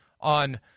on